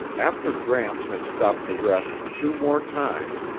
after gramps had stopped to rest two more times,